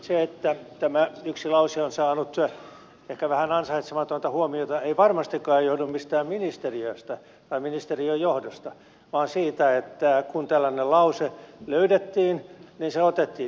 se että tämä yksi lause on saanut ehkä vähän ansaitsematonta huomiota ei varmastikaan johdu mistään ministeriöstä tai ministeriön johdosta vaan siitä että kun tällainen lause löydettiin niin se otettiin irralleen